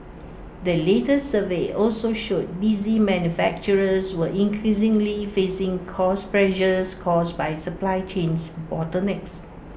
the latest survey also showed busy manufacturers were increasingly facing cost pressures caused by supply chains bottlenecks